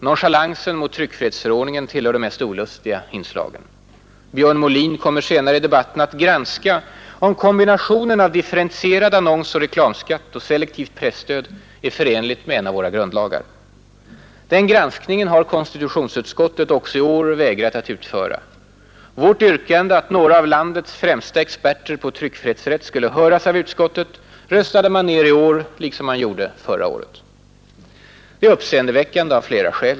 Nonchalansen mot tryckfrihetsförordningen tillhör de mest olustiga inslagen. Björn Molin kommer senare i debatten att granska om kombinationen av differentierad annonsoch reklamskatt och selektivt presstöd är förenlig med en av våra grundlagar. Den granskningen har konstitutionsutskottet också i år vägrat att utföra. Vårt yrkande att några av landets främsta experter på tryckfrihetsrätt skulle höras av utskottet röstade man ner i år liksom man gjorde förra året. Det är uppseendeväckande av flera skäl.